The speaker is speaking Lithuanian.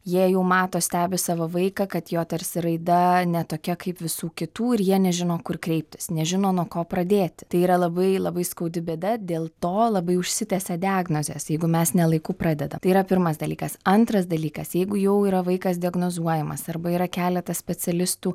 jie jau mato stebi savo vaiką kad jo tarsi raida ne tokia kaip visų kitų ir jie nežino kur kreiptis nežino nuo ko pradėti tai yra labai labai skaudi bėda dėl to labai užsitęsia diagnozės jeigu mes ne laiku pradeda tai yra pirmas dalykas antras dalykas jeigu jau yra vaikas diagnozuojamas arba yra keletas specialistų